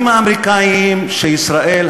אם האמריקנים שישראל,